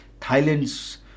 Thailand's